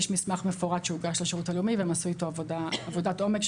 שי מסמך מפורט שהוגש לשירות הלאומי והם עשו איתו עבודת עומק,